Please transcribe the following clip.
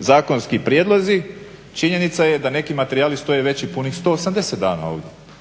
zakonski prijedlozi činjenica je da neki materijale stoje već i punih 180 dana ovdje.